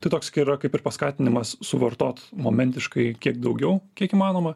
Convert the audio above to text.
tai toks kai yra kaip ir paskatinimas suvartot momentiškai kiek daugiau kiek įmanoma